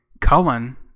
Cullen